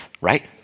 right